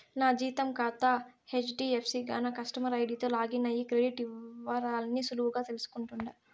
నా జీతం కాతా హెజ్డీఎఫ్సీ గాన కస్టమర్ ఐడీతో లాగిన్ అయ్యి క్రెడిట్ ఇవరాల్ని సులువుగా తెల్సుకుంటుండా